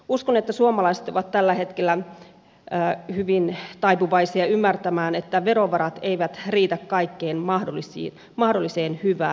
uskon että suomalaiset ovat tällä hetkellä hyvin taipuvaisia ymmärtämään että verovarat eivät riitä kaikkeen mahdolliseen hyvään